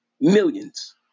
millions